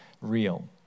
real